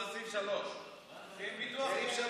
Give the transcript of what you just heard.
אנחנו נמצאים בתקופה שבה בעולם שלם,